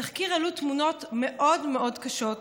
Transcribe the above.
בתחקיר עלו תמונות מאוד מאוד קשות,